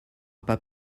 pas